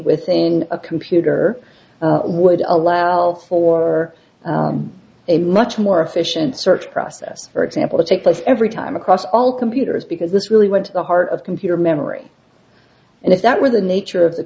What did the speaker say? within a computer would allow well for a much more efficient search process for example to take place every time across all computers because this really went to the heart of computer memory and if that were the nature of the